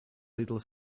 little